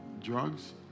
drugs